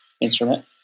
instrument